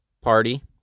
party